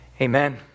amen